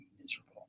miserable